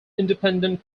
independent